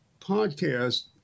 podcast